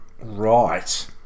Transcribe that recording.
Right